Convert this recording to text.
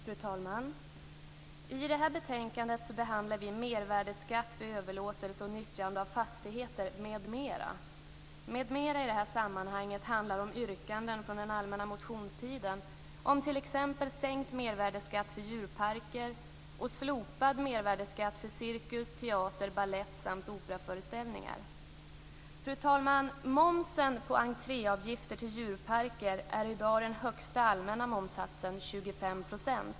Fru talman! Vi behandlar nu betänkandet Mervärdesskatt vid överlåtelse och nyttjande av fastigheter, m.m. I det här sammanhanget handlar "m.m." om yrkanden från allmänna motionstiden, t.ex. om sänkt mervärdesskatt för djurparker och slopad mervärdesskatt för cirkus, teater, balett samt operaföreställningar. Momsen på entréavgifter till djurparker är i dag den högsta allmänna momssatsen, 25 %.